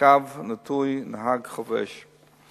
ונהג חובש.